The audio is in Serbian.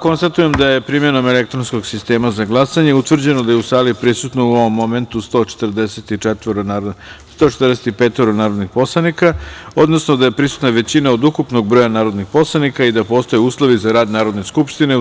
Konstatujem da je primenom elektronskog sistema za glasanje utvrđeno da je u sali prisutno, u ovom momentu, 145 narodnih poslanika, odnosno da je prisutna većina od ukupnog broja narodnih poslanika i da postoje uslovi za rad Narodne skupštine